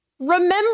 Remember